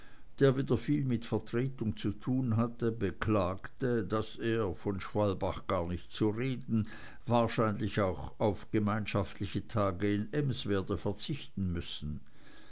der wieder viel mit vertretung zu tun hatte beklagte daß er von schwalbach gar nicht zu reden wahrscheinlich auch auf gemeinschaftliche tage in ems werde verzichten müssen